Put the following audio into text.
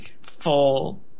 full